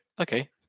Okay